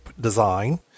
design